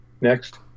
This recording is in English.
Next